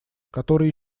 которые